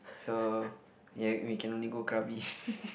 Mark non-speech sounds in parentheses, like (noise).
so ya we can only go Krabi (laughs)